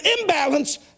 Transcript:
imbalance